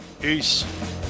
Peace